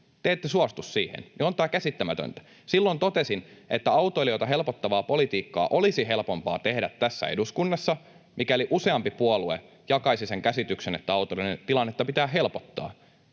Te ette suostu siihen — on tämä käsittämätöntä. Silloin kun totesin, että autoilijoita helpottavaa politiikkaa olisi helpompaa tehdä tässä eduskunnassa, mikäli useampi puolue jakaisi sen käsityksen, että autoilijoiden tilannetta pitää helpottaa,